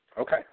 Okay